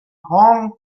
hong